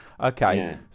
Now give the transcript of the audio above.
Okay